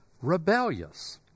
rebellious